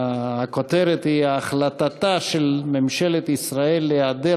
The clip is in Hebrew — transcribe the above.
הכותרת היא: החלטתה של ממשלת ישראל להיעדר